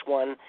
one